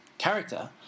Character